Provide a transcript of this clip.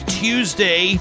tuesday